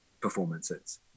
performances